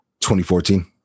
2014